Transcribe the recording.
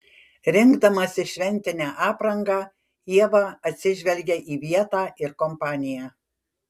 rinkdamasi šventinę aprangą ieva atsižvelgia į vietą ir kompaniją